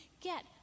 get